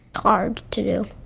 hard to do